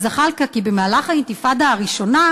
זחאלקה כי במהלך האינתיפאדה הראשונה,